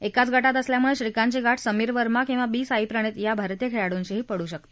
एकाच गटात असल्यामुळे श्रीकांतची गाठ समीर वर्मा किंवा बी साईप्रणित भारतीय खेळाडूशी पडू शकते